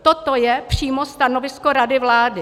Toto je přímo stanovisko rady vlády.